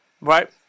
Right